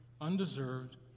undeserved